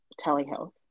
telehealth